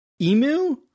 emu